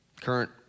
current